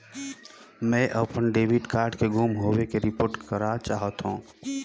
मैं अपन debit card के गुम होवे के रिपोर्ट करा चाहत हों